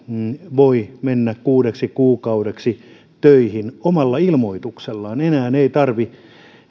voi mennä kuudeksi kuukaudeksi töihin omalla ilmoituksellaan enää ei tarvitse